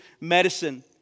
medicine